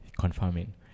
Confirming